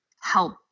help